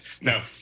No